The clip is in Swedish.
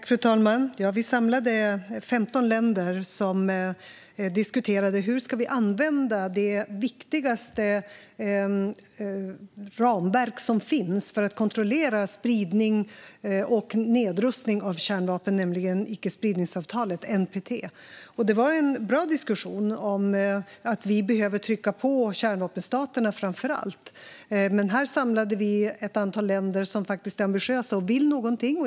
Fru talman! Vi samlade 15 länder som diskuterade hur vi ska använda det viktigaste ramverk som finns för att kontrollera spridning och nedrustning av kärnvapen, nämligen icke-spridningsavtalet, NPT. Det var en bra diskussion om att vi behöver trycka på framför allt kärnvapenstaterna. Här samlade vi ett antal länder som är ambitiösa och vill någonting.